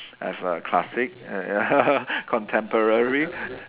I have err classic contemporary